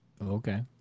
okay